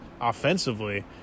offensively